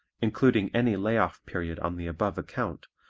including any lay-off period on the above account,